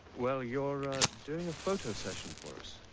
well you're ah doing a photo session for us